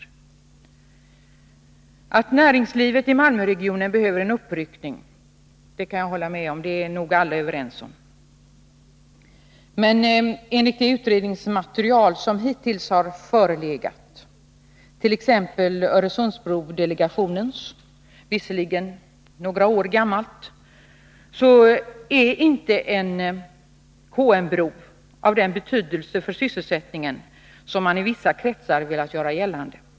Jag kan hålla med om att näringslivet i Malmöregionen behöver en uppryckning — det är nog alla överens om. Men enligt det utredningsmaterial som hittills har förelegat, t.ex. Öresundsbrodelegationens visserligen några år gamla betänkande, är inte en KM-bro av den betydelse för sysselsättningen som man i vissa kretsar har velat göra gällande.